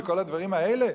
וכל הדברים האלה,